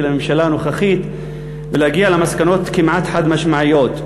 הממשלה הנוכחית ולהגיע למסקנות כמעט חד-משמעיות.